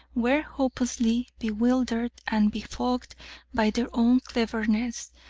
were hopelessly bewildered and befogged by their own cleverness,